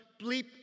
bleep